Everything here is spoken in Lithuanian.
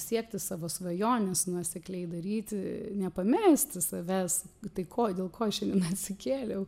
siekti savo svajonės nuosekliai daryti nepamesti savęs tai ko dėl ko šiandien atsikėliau